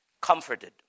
comforted